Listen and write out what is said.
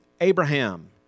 Abraham